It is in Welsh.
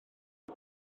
mae